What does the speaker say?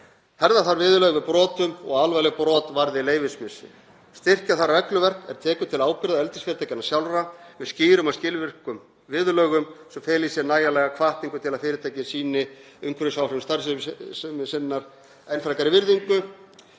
Herða þarf viðurlög við brotum og alvarleg brot varði leyfismissi. Styrkja þarf regluverk er tekur til ábyrgðar eldisfyrirtækjanna sjálfra með skýrum og skilvirkum viðurlögum sem feli í sér nægjanlega hvatningu til að fyrirtækin sýni umhverfisáhrifum starfsemi sinnar enn frekari virðingu.